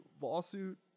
lawsuit